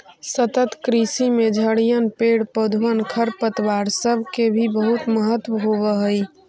सतत कृषि में झड़िअन, पेड़ पौधबन, खरपतवार सब के भी बहुत महत्व होब हई